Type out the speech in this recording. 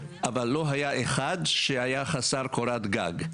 אבל לא היה אחד שהיה חסר קורת גג.